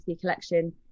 Collection